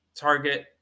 target